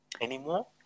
anymore